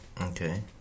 Okay